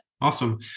Awesome